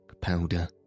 powder